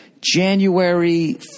January